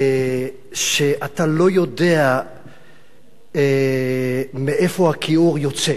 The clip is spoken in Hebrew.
אתה לא יודע מאיפה הכיעור יוצא